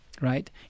right